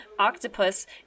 octopus